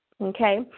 okay